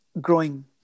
growing